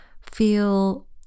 feel